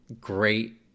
great